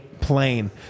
plane